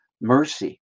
mercy